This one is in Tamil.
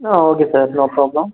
ah okay sir no problem